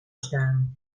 staan